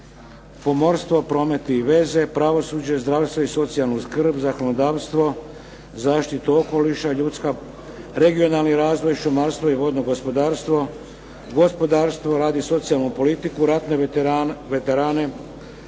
pomorstvo, promet i veze, pravosuđe, zdravstvo i socijalnu skrb, zakonodavstvo, zaštitu okoliša, regionalni razvoj, šumarstvo i vodno gospodarstvo, gospodarstvo, rad i socijalnu politiku, ratne veterane,